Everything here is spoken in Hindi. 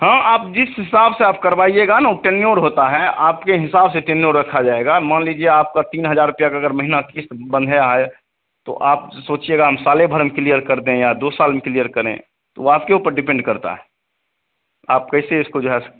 हाँ आप जिस हिसाब से आप करवाइएगा ना वह टेन्योर होता है आपके हिसाब से टेन्योर रखा जाएगा मान लीजिए आपका तीन हज़ार रुपये की अगर महीने क़िस्त बंधे आए तो आप सोचिएगा हम साल भर में किलियर कर दें या दो साल में क्लियर करें तो वह आपके ऊपर डिपेंड करता है आप कैसे इसको जो है सो